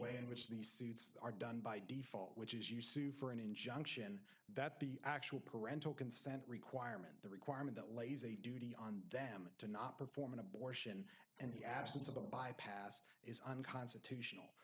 way in which these suits are done by default which is you sue for an injunction that the actual parental consent requirement the requirement that lays a duty on them to not perform an abortion and the absence of the bypass is unconstitutional